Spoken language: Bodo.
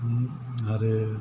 आरो